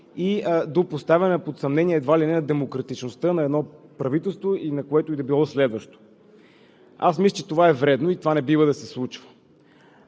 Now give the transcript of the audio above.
и до поставяне под съмнение едва ли не на демократичността на едно правителство и на което и да било следващо. Аз мисля, че това е вредно и не бива да се случва.